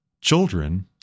children